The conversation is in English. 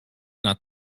not